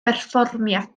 berfformiad